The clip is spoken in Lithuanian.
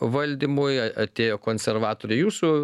valdymui atėjo konservatoriai jūsų